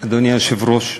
אדוני היושב-ראש,